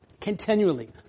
Continually